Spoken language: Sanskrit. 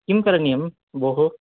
किं करणीयं भोः